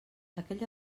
aquell